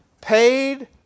Paid